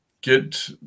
get